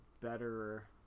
better